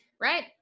Right